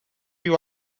you